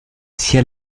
sia